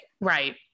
Right